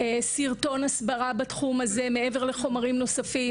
סרטון הסברה בתחום הזה מעבר לחומרים נוספים.